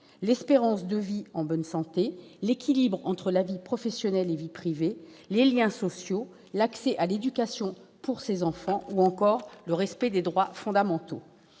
l'espérance de vie en bonne santé, l'équilibre entre vie professionnelle et vie privée, les liens sociaux, l'accès à l'éducation pour ses enfants, ou encore le respect des droits fondamentaux.